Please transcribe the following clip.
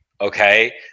Okay